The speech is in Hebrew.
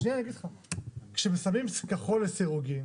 כשמסמנים כחול לסירוגין